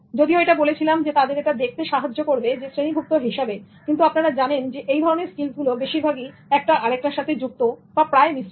যদিও এটা বলেছিলামতাদের এটা দেখতে সাহায্য করবে শ্রেণীভূক্ত হিসাবে কিন্তু আপনারা জানেন এই ধরনের স্কিলসগুলো বেশিরভাগই একটা আরেকটার সাথে যুক্ত প্রায় মিশ্রিত